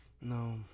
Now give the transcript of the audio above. No